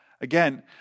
Again